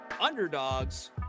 Underdog's